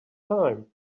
time